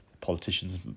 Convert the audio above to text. politicians